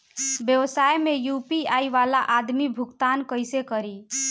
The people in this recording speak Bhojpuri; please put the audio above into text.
व्यवसाय में यू.पी.आई वाला आदमी भुगतान कइसे करीं?